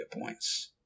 points